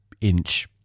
inch